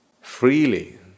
freely